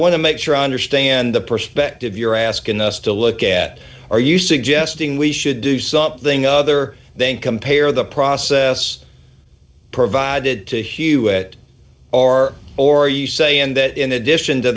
to make sure i understand the perspective you're asking us to look at are you suggesting we should do something other then compare the process provided to hewitt or or are you saying that in addition to